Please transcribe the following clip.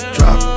Drop